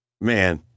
Man